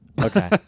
Okay